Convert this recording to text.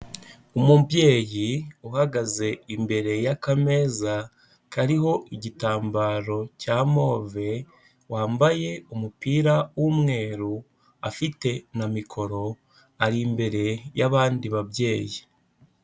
Umubyeyi uhagaze imbere y'akameza, kariho igitambaro cya move, wambaye umupira w'umweru afite na mikoro, ari imbere y'abandi babyeyi.